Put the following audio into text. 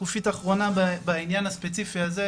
שקופית אחרונה בעניין הספציפי הזה,